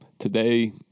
today